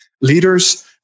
leaders